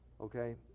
okay